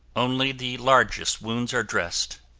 only the largest wounds are dressed.